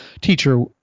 teacher